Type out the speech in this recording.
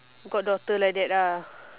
goddaughter like that ah